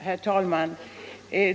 Herr talman!